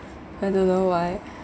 I don't know why